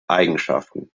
eigenschaften